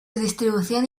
distribución